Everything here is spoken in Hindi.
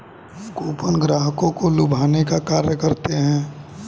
कूपन ग्राहकों को लुभाने का कार्य करते हैं